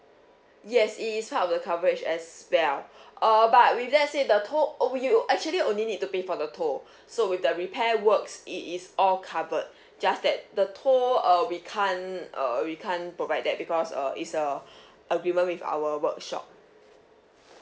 yes it is part of the coverage as well err but with that said the toll oh you actually only need to pay for the toll so with the repair works it is all covered just that the toll uh we can't uh we can't provide that because uh it's a agreement with our workshop